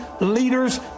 Leaders